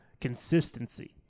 consistency